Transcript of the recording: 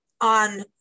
on